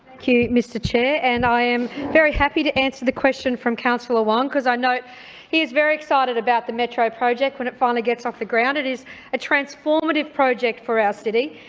mr chair, and i am very happy to answer the question from councillor huang because i know he is very excited about the metro project when it finally gets off the ground. it is a transformative project for our city,